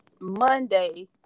Monday